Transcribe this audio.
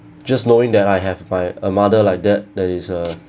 just knowing that I have my a mother like that that is a